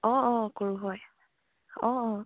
অঁ অঁ কৰোঁ হয় অঁ অঁ